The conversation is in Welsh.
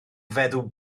feddw